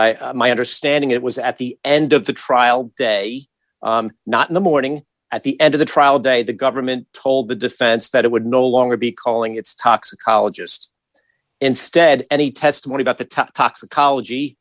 and my understanding it was at the end of the trial day not in the morning at the end of the trial day the government told the defense that it would no longer be calling its toxicologist instead any testimony about the toxicology